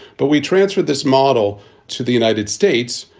but we transferred this model to the united states.